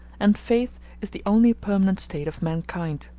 and faith is the only permanent state of mankind.